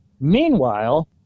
Meanwhile